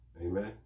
Amen